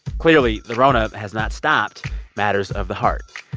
clearly, the rona has not stopped matters of the heart.